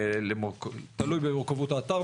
תלוי במורכבות האתר,